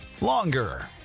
longer